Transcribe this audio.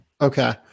Okay